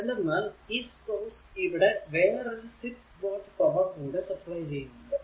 എന്തെന്നാൽ ഈ സോഴ്സ് ഇവിടെ വേറൊരു 6 വാട്ട് പവർ കൂടെ സപ്ലൈ ചെയ്യുന്നുണ്ട്